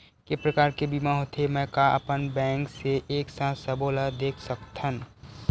के प्रकार के बीमा होथे मै का अपन बैंक से एक साथ सबो ला देख सकथन?